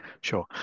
Sure